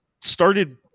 started